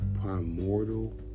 primordial